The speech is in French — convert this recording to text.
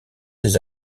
ses